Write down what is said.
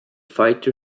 fighter